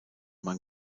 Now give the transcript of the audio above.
man